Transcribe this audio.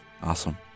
Awesome